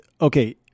okay